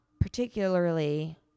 particularly